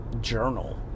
journal